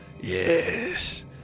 Yes